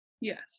Yes